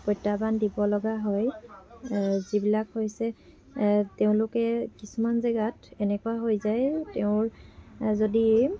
প্ৰত্যাহ্বান দিবলগা হয় যিবিলাক হৈছে তেওঁলোকে কিছুমান জেগাত এনেকুৱা হৈ যায় তেওঁৰ যদি